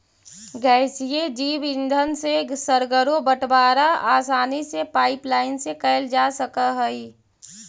गैसीय जैव ईंधन से सर्गरो बटवारा आसानी से पाइपलाईन से कैल जा सकऽ हई